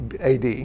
AD